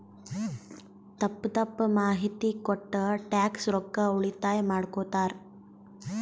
ತಪ್ಪ ತಪ್ಪ ಮಾಹಿತಿ ಕೊಟ್ಟು ಟ್ಯಾಕ್ಸ್ ರೊಕ್ಕಾ ಉಳಿತಾಯ ಮಾಡ್ಕೊತ್ತಾರ್